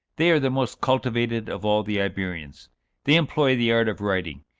they are the most cultivated of all the iberians they employ the art of writing,